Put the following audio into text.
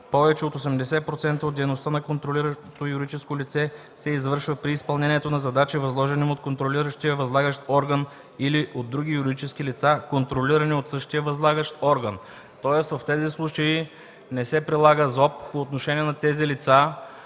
„Повече от 80% от дейността на контролираното юридическо лице се извършва при изпълнението на задачи, възложени му от контролиращия/възлагащ орган или от други юридически лица, контролирани от същия възлагащ орган”. Тоест в тези случаи не се прилага Законът за